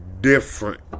different